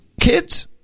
kids